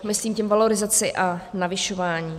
Myslím tím valorizaci a navyšování.